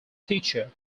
teacher